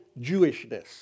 Jewishness